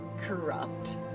corrupt